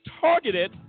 targeted